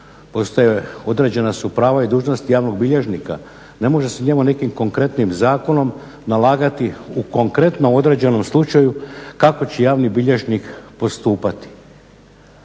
postoje, određena su prava i dužnosti javnog bilježnika, ne može se njemu nekim konkretnim zakonom nalagati u konkretno određenom slučaju kako će javni bilježnik postupati.